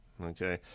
Okay